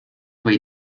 või